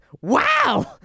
Wow